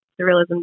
surrealism